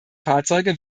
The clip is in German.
fahrzeuge